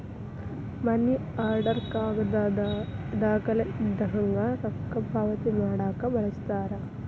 ಮನಿ order ಕಾಗದದ್ ದಾಖಲೆ ಇದ್ದಂಗ ರೊಕ್ಕಾ ಪಾವತಿ ಮಾಡಾಕ ಬಳಸ್ತಾರ